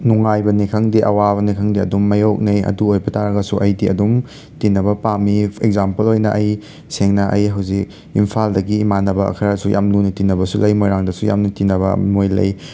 ꯅꯨꯡꯉꯥꯏꯕꯅꯤ ꯈꯪꯗꯦ ꯑꯋꯥꯕꯅꯤ ꯈꯪꯗꯦ ꯑꯗꯨꯝ ꯃꯌꯣꯛꯅꯩ ꯑꯗꯨ ꯑꯣꯏꯕ ꯇꯥꯔꯒꯁꯨ ꯑꯩꯗꯤ ꯑꯗꯨꯝ ꯇꯤꯟꯅꯕ ꯄꯥꯝꯃꯤ ꯑꯦꯛꯖꯥꯝꯄꯜ ꯑꯣꯏꯅ ꯑꯩ ꯁꯦꯡꯅ ꯑꯩ ꯍꯧꯖꯤꯛ ꯏꯝꯐꯥꯜꯗꯒꯤ ꯏꯃꯥꯟꯅꯕ ꯈꯔꯁꯨ ꯌꯥꯝ ꯂꯨꯅ ꯇꯤꯟꯅꯕꯁꯨ ꯂꯩ ꯃꯣꯏꯔꯥꯡꯗꯁꯨ ꯌꯥꯝꯅ ꯇꯤꯟꯅꯕ ꯃꯣꯏ ꯂꯩ